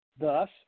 Thus